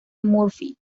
murphy